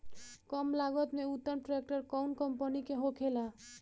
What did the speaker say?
कम लागत में उत्तम ट्रैक्टर कउन कम्पनी के होखेला?